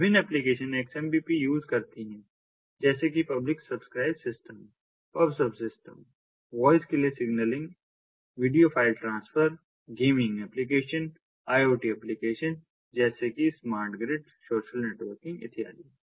विभिन्न application XMPP use करती हैं जैसे कि publish subscribe system pub sub system voice के लिए signalling video file transfer gaming application IoT application जैसे कि स्मार्ट ग्रिड सोशल नेटवर्किंग इत्यादि